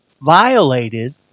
violated